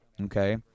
Okay